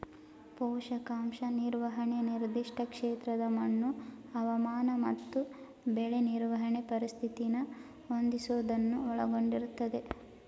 ಪೋಷಕಾಂಶ ನಿರ್ವಹಣೆ ನಿರ್ದಿಷ್ಟ ಕ್ಷೇತ್ರದ ಮಣ್ಣು ಹವಾಮಾನ ಮತ್ತು ಬೆಳೆ ನಿರ್ವಹಣೆ ಪರಿಸ್ಥಿತಿನ ಹೊಂದಿಸೋದನ್ನ ಒಳಗೊಂಡಿರ್ತದೆ